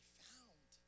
found